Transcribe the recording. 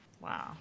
wow